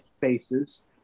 faces